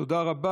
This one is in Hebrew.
תודה רבה.